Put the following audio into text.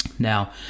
Now